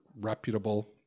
reputable